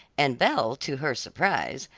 and belle, to her surprise,